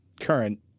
current